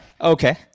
Okay